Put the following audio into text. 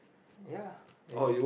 ya I think